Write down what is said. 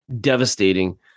devastating